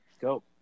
go